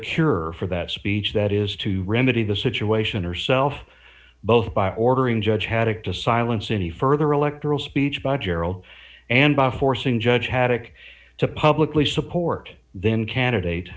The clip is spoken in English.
curer for that speech that is to remedy the situation herself both by ordering judge haddock to silence any further electoral speech by gerald and by forcing judge haddock to publicly support then candidate